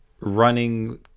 running